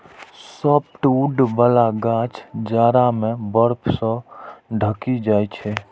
softwood बला गाछ जाड़ा मे बर्फ सं ढकि जाइ छै